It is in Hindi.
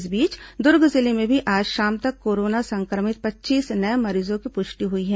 इस बीच दुर्ग जिले में भी आज शाम तक कोरोना संक्रमित पच्चीस नये मरीजों की पुष्टि हुई है